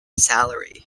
salary